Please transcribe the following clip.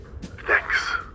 Thanks